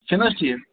چھُ نہٕ حظ ٹھیٖک